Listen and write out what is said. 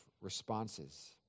responses